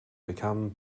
become